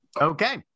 Okay